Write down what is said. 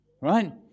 Right